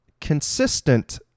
consistent